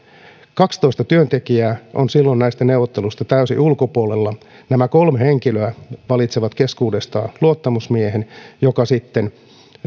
kaksitoista työntekijää on silloin näistä neuvotteluista täysin ulkopuolella nämä kolme henkilöä valitsevat keskuudestaan luottamusmiehen joka sitten